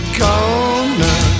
corner